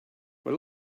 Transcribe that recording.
what